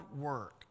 work